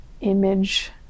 image